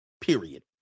Period